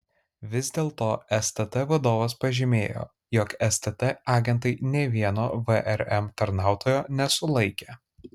vis dėlto stt vadovas pažymėjo jog stt agentai nė vieno vrm tarnautojo nesulaikė